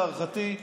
להערכתי,